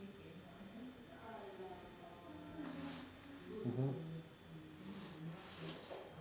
mmhmm